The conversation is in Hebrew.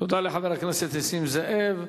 תודה לחבר הכנסת נסים זאב.